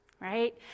right